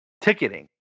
ticketing